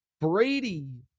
Brady